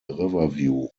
riverview